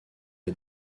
est